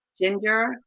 ginger